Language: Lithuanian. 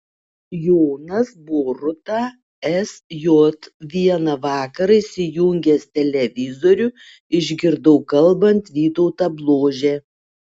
jonas boruta sj vieną vakarą įsijungęs televizorių išgirdau kalbant vytautą bložę